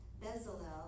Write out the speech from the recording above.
Bezalel